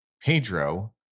Pedro